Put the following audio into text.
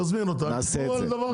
תזמין אותם ותשבו על זה,